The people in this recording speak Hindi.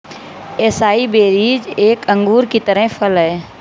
एसाई बेरीज एक अंगूर की तरह फल हैं